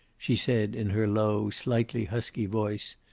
she said, in her low, slightly husky voice,